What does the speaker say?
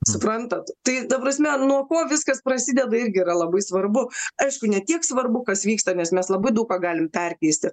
suprantat tai ta prasme nuo ko viskas prasideda irgi yra labai svarbu aišku ne tiek svarbu kas vyksta nes mes labai daug ką galim perkeisti